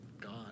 gone